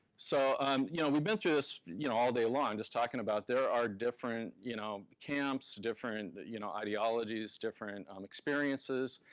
so um you know we've been through this yeah all day long, just talking about there are different you know camps, different you know ideologies, different um experiences.